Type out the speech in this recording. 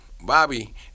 Bobby